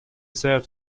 served